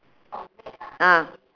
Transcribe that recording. ah